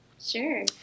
sure